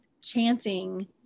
chanting